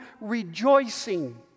rejoicing